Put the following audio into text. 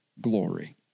glory